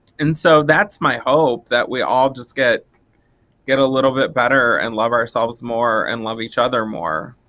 and so that's my hope that we all just get get a little bit better and love ourselves more and love each other more.